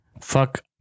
Fuck